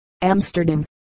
Amsterdam